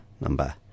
number